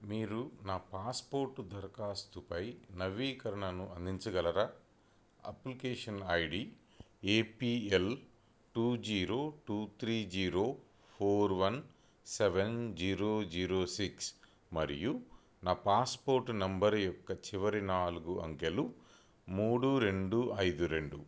మీరు నా పాస్పోర్ట్ దరఖాస్తుపై నవీకరణను అందించగలరా application ID APL two zero two three zero four one seven zero zero six మరియు నా పాస్పోర్ట్ నంబర్ యొక్క చివరి నాలుగు అంకెలు మూడు రెండు ఐదు రెండు